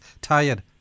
tired